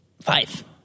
five